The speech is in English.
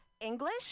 English